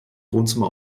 wohnzimmer